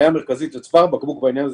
הבעיה המרכזית וצוואר הבקבוק בעניין הזה,